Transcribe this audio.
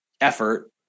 effort